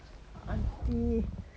auntie